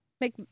Make